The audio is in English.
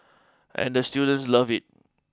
and the students love it